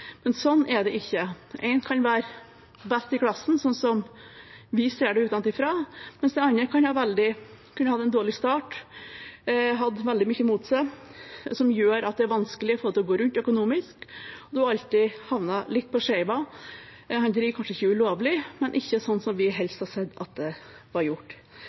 men sånn er det ikke. Én kan være best i klassen sånn vi ser det utenifra, mens den andre kan ha hatt en veldig dårlig start og veldig mye mot seg, som gjør at det er vanskelig å få det til å gå rundt økonomisk. Man har havnet litt på skeiva, man driver kanskje ikke ulovlig, men ikke sånn vi helst hadde sett at det ble gjort.